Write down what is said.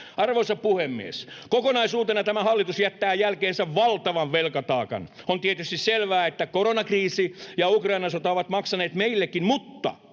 Arvoisa puhemies! Kokonaisuutena tämä hallitus jättää jälkeensä valtavan velkataakan. On tietysti selvää, että koronakriisi ja Ukrainan sota ovat maksaneet meillekin, mutta